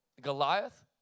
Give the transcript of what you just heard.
Goliath